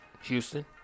Houston